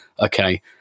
Okay